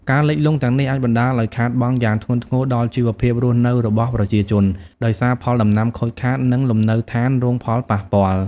ការលិចលង់ទាំងនេះអាចបណ្ដាលឲ្យខាតបង់យ៉ាងធ្ងន់ធ្ងរដល់ជីវភាពរស់នៅរបស់ប្រជាជន ដោយសារផលដំណាំខូចខាត និងលំនៅឋានរងផលប៉ះពាល់។